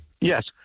Yes